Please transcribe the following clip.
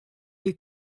est